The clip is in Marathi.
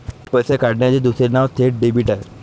थेट पैसे काढण्याचे दुसरे नाव थेट डेबिट आहे